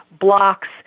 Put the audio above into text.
blocks